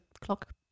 clock